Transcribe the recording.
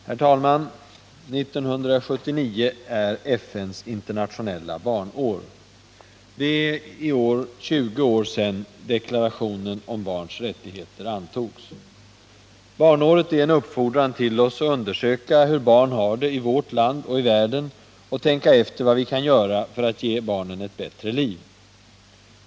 Herr talman! 1979 är FN:s internationella barnår. Det är i år 20 år sedan deklarationen om barns rättigheter antogs. Barnåret är en uppfordran till oss att undersöka hur barn har det i vårt land och i världen, att tänka efter vad vi kan göra för att ge barnen ett bättre liv.